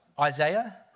Isaiah